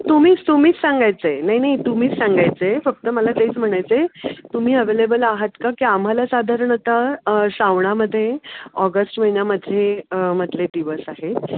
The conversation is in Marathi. तुम्हीच तुम्हीच सांगायचं आहे नाही नाही तुम्हीच सांगायचं आहे फक्त मला तेच म्हणायचं आहे तुम्ही अवेलेबल आहात का की आम्हाला साधारणतः श्रावणामध्ये ऑगस्ट महिन्यामध्ये मधले दिवस आहेत